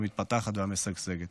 המתפתחת והמשגשגת.